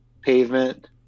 Pavement